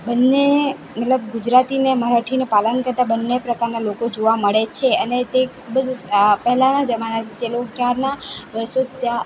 બંને મતલબ ગુજરાતીને મરાઠીને પાલન કરતાં બંને પ્રકારના લોકો જોવા મળે છે અને તે ખુબજ પહેલાના જમાનાથી જે લોક ચારનાં વર્ષો થ્યા